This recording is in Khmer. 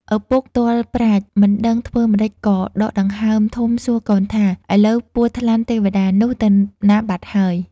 ឪពុកទាល់ប្រាជ្ញ មិនដឹងធ្វើម្ដេចក៏ដកដង្ហើមធំសួរកូនថា ឥឡូវពស់ថ្លាន់ទេវតាននោះទៅណាបាត់ហើយ។